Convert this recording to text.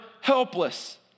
helpless